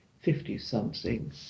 Fifty-something